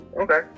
Okay